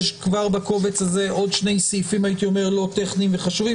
יש כבר בקובץ הזה עוד שני סעיפים לא טכניים וחשובים,